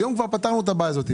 היום כבר פתרנו את הבעיה הזאת.